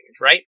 right